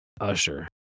Usher